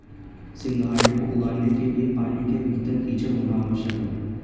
सिंघाड़े को उगाने के लिए पानी के भीतर कीचड़ होना आवश्यक है